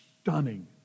stunning